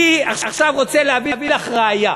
אני עכשיו רוצה להביא לך ראיה